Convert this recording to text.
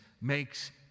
makes